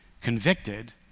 convicted